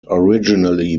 originally